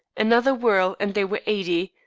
another whirl and they were eighty.